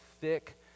thick